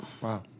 Wow